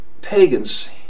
pagans